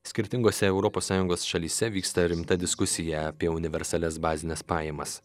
skirtingose europos sąjungos šalyse vyksta rimta diskusija apie universalias bazines pajamas